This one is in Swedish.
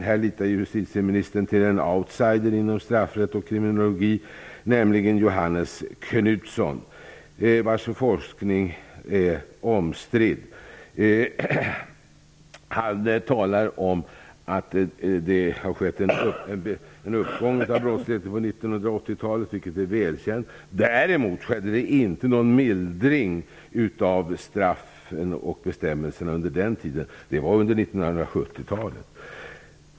Här litar justitieministern till en outsider inom straffrätt och kriminologi, nämligen Johannes Knutsson, vars forskning är omstridd. Han talar om att det har skett en uppgång av brottsligheten på 1980-talet, vilket är väl känt. Däremot skedde det inte någon mildring av straffen och bestämmelserna under den tiden. Det var under 1970-talet.